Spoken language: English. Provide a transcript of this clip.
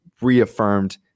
reaffirmed